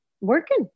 working